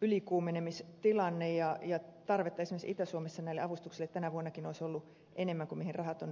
ylikuumenemistilanteet ja tarvetta esimerkiksi itä suomessa näille avustuksille tänäkin vuonna olisi ollut enemmän kuin mihin rahat ovat myöten antaneet